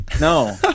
No